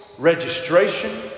Registration